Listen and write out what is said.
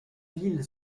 ville